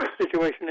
situation